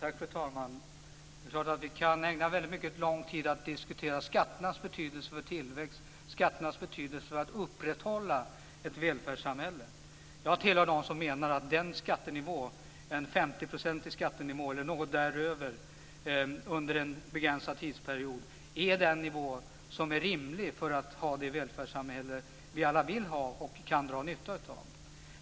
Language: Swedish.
Fru talman! Det är klart att vi kan ägna lång tid åt att diskutera skatternas betydelse för tillväxt och för att upprätthålla ett välfärdssamhälle. Jag tillhör dem som menar att en 50-procentig skattenivå eller något högre under en begränsad tidsperiod är rimlig för möjligheterna att ha det välfärdssamhälle som vi alla vill ha och kan dra nytta av.